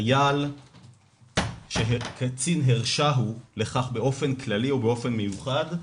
חייל שקצין הרשהו לכך באופן כללי ובאופן מיוחד,